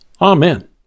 Amen